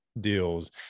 deals